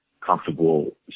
comfortable